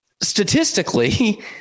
statistically